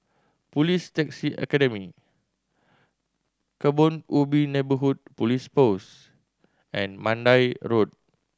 Police Taxi Academy Kebun Ubi Neighbourhood Police Post and Mandai Road